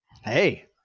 Hey